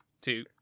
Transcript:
two